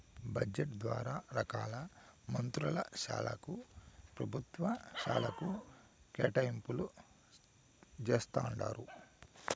budget ద్వారా రకాల మంత్రుల శాలకు, పెభుత్వ శాకలకు కేటాయింపులు జేస్తండారు